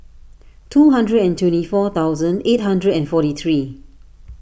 two hundred and twenty four thousand eight hundred and forty three